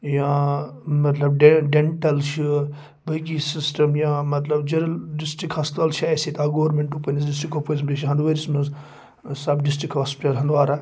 یا مطلب ڈےٚ ڈٮ۪نٹَل چھُ بٲقی سِسٹَم یا مطلب جَرل ڈِسٹِرک ہَسپَتال چھِ اَسہِ ییٚتہِ اَکھ گورمٮ۪نٛٹُک پنٛنِس ڈِسٹِرک کۄپوٲرِس منٛز بیٚیہِ چھِ ہَنٛدوٲرِس منٛز سَب ڈِسٹِرک ہاسپِٹَل ہَنٛدوارہ